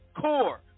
Core